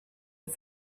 his